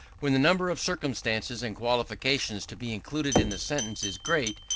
when the number of circumstances and qualifications to be included in the sentence is great,